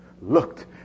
looked